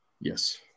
Yes